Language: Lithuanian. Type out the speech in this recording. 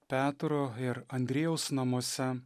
petro ir andriejaus namuose